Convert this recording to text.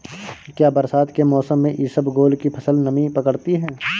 क्या बरसात के मौसम में इसबगोल की फसल नमी पकड़ती है?